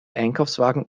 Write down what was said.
einkaufswagen